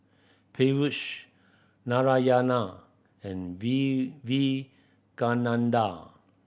Peyush Narayana and Vivekananda